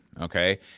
okay